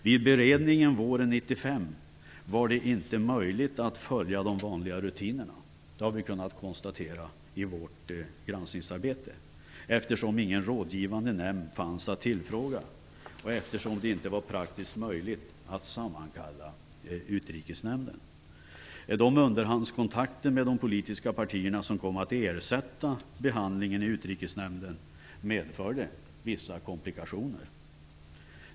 Vid beredningen våren 1995 var det inte möjligt att följa de vanliga rutinerna, det har vi kunnat konstatera i vårt granskningsarbete, eftersom ingen rådgivande nämnd fanns att tillfråga och eftersom det inte var praktiskt möjligt att sammankalla Utrikesnämnden. De underhandskontakter med de politiska partierna som kom att ersätta behandlingen i Utrikesnämnden medförde vissa komplikationer.